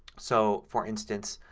so, for instance,